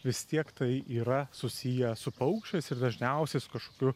vis tiek tai yra susiję su paukščiais ir dažniausiai su kažkokiu